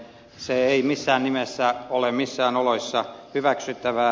se ei missään nimessä ole missään oloissa hyväksyttävää